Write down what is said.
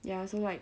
ya so like